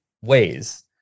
ways